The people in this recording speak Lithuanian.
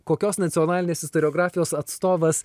kokios nacionalinės istoriografijos atstovas